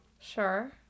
sure